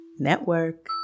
network